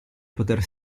poter